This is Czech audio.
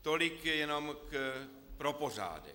Tolik jenom pro pořádek.